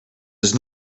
does